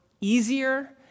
easier